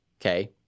okay